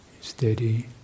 steady